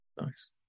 Nice